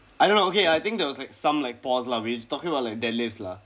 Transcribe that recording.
I don't know okay I think there was like some like pause lah we're talking about like deadlifts lah